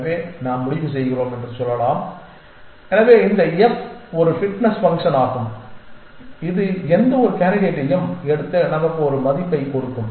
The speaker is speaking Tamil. எனவே நாம் முடிவு செய்கிறோம் என்று சொல்லலாம் எனவே இந்த f ஒரு ஃபிட்னஸ் ஃபங்ஷன் ஆகும் இது எந்தவொரு காண்டிடேட்டையும் எடுத்து நமக்கு ஒரு மதிப்பைக் கொடுக்கும்